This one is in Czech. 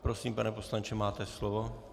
Prosím, pane poslanče, máte slovo.